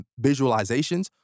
visualizations